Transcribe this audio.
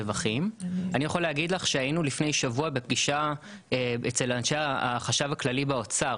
אני יכול להגיד לך שלפני שבוע היינו בפגישה אצל אנשי החשב הכללי באוצר,